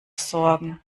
sorgen